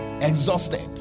exhausted